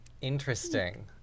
interesting